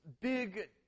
big